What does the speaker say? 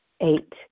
Eight